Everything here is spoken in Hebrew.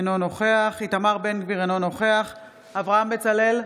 אינו נוכח איתמר בן גביר, אינו נוכח אברהם בצלאל,